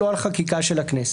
לא על חקיקה של הכנסת.